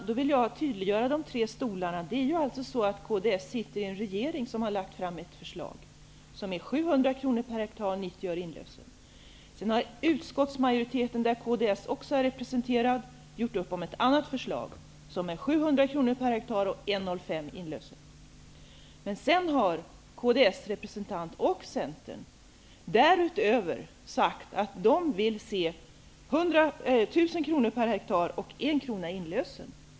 Herr talman! Jag vill tydliggöra de tre stolarna. Kds sitter i en regering som har lagt fram ett förslag som innebär 700 kr per hektar och 90 öre i inlösen. Sedan har utskottsmajoriteten, där kds också är representerad, gjort upp om ett annat förslag som innebär 700 kr per hektar och 1:05 kr i inlösen. Därutöver har kds och Centerns representanter sagt att de vill se 1 000 kr per hektar och 1 kr i inlösen.